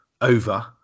over